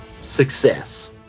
success